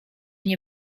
nie